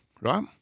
right